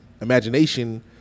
imagination